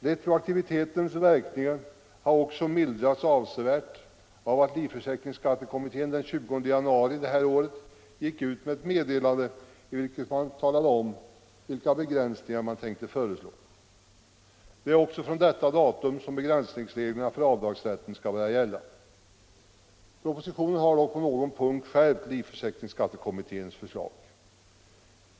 Retroaktivitetens verkningar har också mild rats avsevärt av att livförsäkringsskattekommittén den 20 januari det här året gick ut med ett meddelande, i vilket man talade om vilka begränsningsregler man tänkte föreslå. Det är från detta datum som begränsningsreglerna för avdragsrätten skall börja gälla. Propositionen har dock på någon punkt skärpt livförsäkringsskattekommitténs förslag.